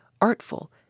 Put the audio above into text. artful